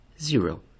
zero